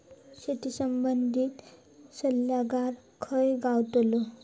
शेती संबंधित सल्लागार खय गावतलो?